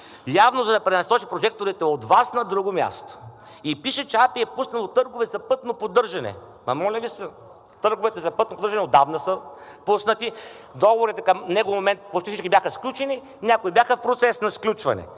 явно за да пренасочи прожекторите от Вас на друго място. И пише, че АПИ е пуснала търгове за пътно поддържане. Ама, моля Ви се! Търговете за пътно поддържане отдавна са пуснати, договорите към него момент почти всички бяха сключени, някои бяха в процес на сключване,